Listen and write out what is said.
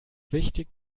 wichtig